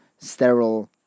sterile